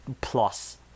plus